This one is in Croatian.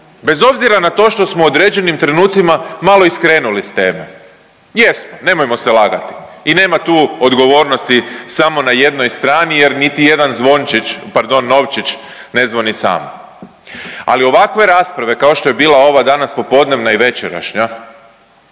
bez obzira na to što smo u određenim trenucima malo i skrenuli s teme, jesmo nemojmo se lagati i nema tu odgovornosti samo na jednoj strani jer niti jedan zvončić, pardon novčić ne zvoni sam, ali ovakve rasprave kao što je bila ova danas popodnevna i večerašnja